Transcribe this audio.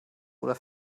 oder